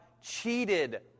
cheated